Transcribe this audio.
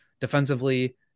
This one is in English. defensively